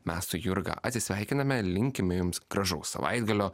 mes su jurga atsisveikiname linkime jums gražaus savaitgalio